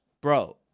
Bro